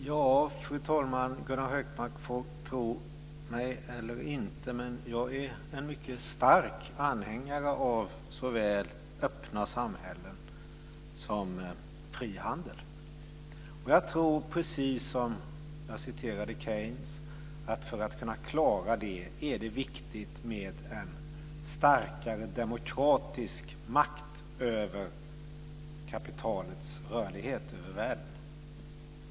Fru talman! Gunnar Hökmark får tro mig eller inte, men jag är en mycket stark anhängare av såväl öppna samhällen som frihandel. Jag tror precis som Keynes - jag citerade honom - att det för att vi ska kunna klara det är viktigt med en starkare demokratisk makt över kapitalets rörlighet över världen.